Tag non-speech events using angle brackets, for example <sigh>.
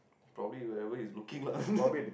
probably whatever he looking lah <laughs>